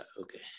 okay